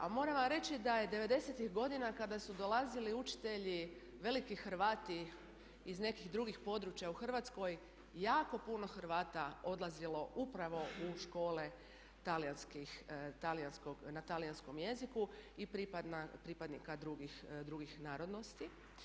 A moram vam reći, da je '90.-ih godina kada su dolazili učitelji, veliki Hrvati iz nekih drugih područja u Hrvatskoj jako puno Hrvata odlazilo upravo u škole na talijanskom jeziku i pripadnika drugih narodnosti.